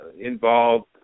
involved